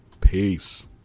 Peace